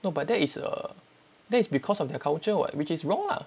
no but that is a that is because of their culture [what] which is wrong ah